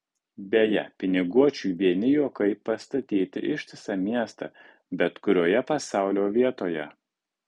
beje piniguočiui vieni juokai pastatyti ištisą miestą bet kurioje pasaulio vietoje